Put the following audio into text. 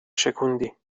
شکوندی